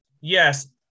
yes